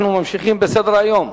אנחנו ממשיכים בסדר-היום: